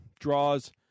draws